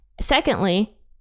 Secondly